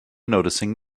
noticing